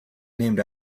named